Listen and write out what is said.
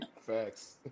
facts